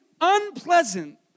unpleasant